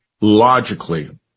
logically